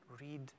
read